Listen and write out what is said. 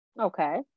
Okay